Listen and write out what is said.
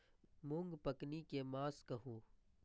मूँग पकनी के मास कहू?